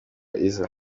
iza